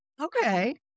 Okay